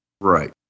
Right